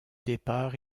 départ